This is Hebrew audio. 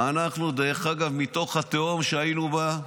דרך אגב, מתוך התהום שהיינו בה,